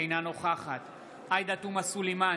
אינה נוכחת עאידה תומא סלימאן,